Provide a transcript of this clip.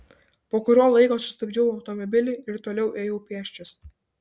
po kurio laiko sustabdžiau automobilį ir toliau ėjau pėsčias